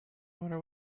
wonder